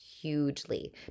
Hugely